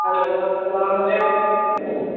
hello السلام وعلیکم